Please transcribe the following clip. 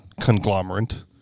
conglomerate